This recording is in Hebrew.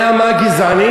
אתה יודע מה גזעני?